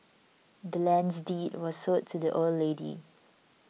the land's deed was sold to the old lady